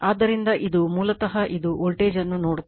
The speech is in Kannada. ಆದ್ದರಿಂದ ಇದು ಮೂಲತಃ ಇದು ವೋಲ್ಟೇಜ್ ಅನ್ನು ನೋಡುತ್ತದೆ